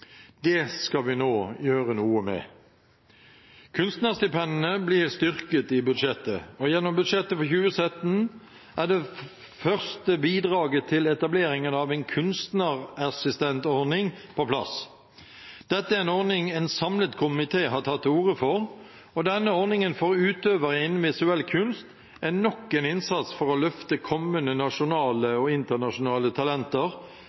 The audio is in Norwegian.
Det skal vi nå gjøre noe med. Kunstnerstipendene blir styrket i budsjettet, og gjennom budsjettet for 2017 er det første bidraget til etablering av en kunstnerassistentordning på plass. Dette er en ordning en samlet komité har tatt til orde for, og denne ordningen for utøvere innen visuell kunst er nok en innsats for å løfte kommende nasjonale og internasjonale talenter,